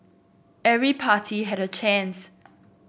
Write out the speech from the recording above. every party had a chance